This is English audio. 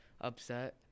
upset